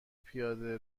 پیاده